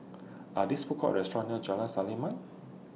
Are These Food Courts restaurants near Jalan Selimang